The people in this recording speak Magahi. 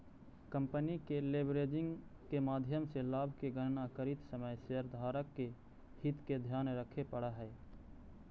कंपनी के लेवरेजिंग के माध्यम से लाभ के गणना करित समय शेयरधारक के हित के ध्यान रखे पड़ऽ हई